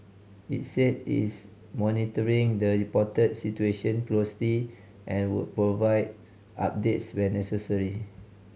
it said it's monitoring the reported situation closely and would provide updates when necessary